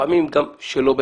לפעמים גם שלא בצדק.